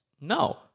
No